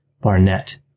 Barnett